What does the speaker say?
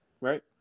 right